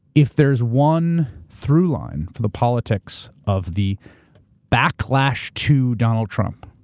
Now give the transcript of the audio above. if there's one throughline for the politics of the backlash to donald trump,